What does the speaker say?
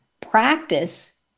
practice